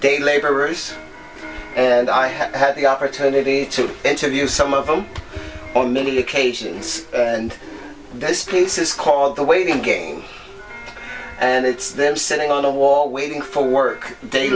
day laborers and i have had the opportunity to interview some of them on many occasions and this piece is called the waiting game and it's them sitting on a wall waiting for work day